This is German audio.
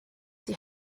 die